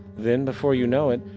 then before you know it,